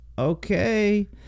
Okay